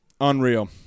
Unreal